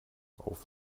auf